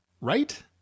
right